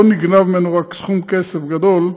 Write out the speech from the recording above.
לא נגנב ממנו רק סכום כסף גדול,